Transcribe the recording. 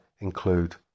include